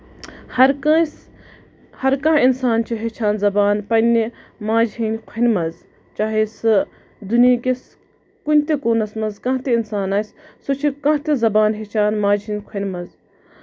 ہَر کٲنسہِ ہَر کانہہ اِنسان چھُ ہیٚچھان زَبان پَنٕنہِ ماجہِ ہٕندِ کھۄنہِ منٛز چاہے سُہ دُنہِکِس کُنہِ تہِ کوٗنَس منٛز کانہہ تہِ اِنسان آسہِ سُہ چھُ کانہہ تہِ زَبان ہیٚچھان ماجہِ ہٕندِ کھۄنہِ منٛز